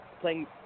playing